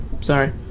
sorry